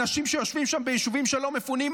אנשים שיושבים שם ביישובים שלא מפונים,